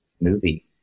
movie